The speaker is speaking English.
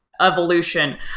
evolution